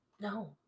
No